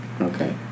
Okay